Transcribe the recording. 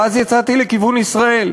ואז יצאתי לכיוון ישראל.